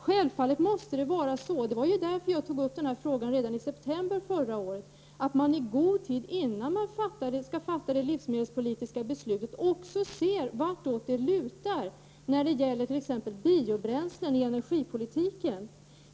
Självfallet måste det vara så — och det var därför som jag tog upp den här frågan redan i september förra året — att man i god tid innan man skall fatta det livsmedelspolitiska beslutet också ser vartåt det lutar när det gäller t.ex. biobränslen i energipolitiken.